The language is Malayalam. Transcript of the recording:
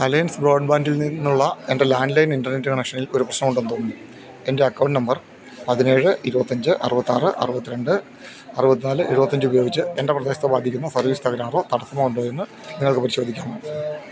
അലയൻസ് ബ്രോഡ്ബാൻഡിൽ നിന്നുള്ള എൻ്റെ ലാൻലൈൻ ഇൻ്റർനെറ്റ് കണക്ഷനിൽ ഒരു പ്രശ്നമുണ്ടെന്ന് തോന്നുന്നു എൻ്റെ അക്കൗണ്ട് നമ്പർ പതിനേഴ് ഇരപത്തഞ്ച് അറുപത്താറ് അറുപത്തിരണ്ട് അറുപത്തിനാല് എഴുപത്തഞ്ച് ഉപയോഗിച്ച് എൻ്റെ പ്രദേശത്തെ ബാധിക്കുന്ന സർവീസ് തകരാറോ തടസ്സമോ ഉണ്ടോയെന്ന് നിങ്ങൾക്ക് പരിശോധിക്കാമോ